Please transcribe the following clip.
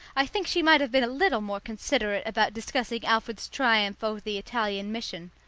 i think she might have been a little more considerate about discussing alfred's triumph over the italian mission.